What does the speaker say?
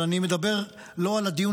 אבל אני מדבר לא על הדיון